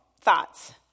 thoughts